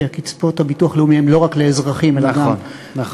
כי קצבאות הביטוח הלאומי הן לא רק לאזרחים אלא גם לתושבים,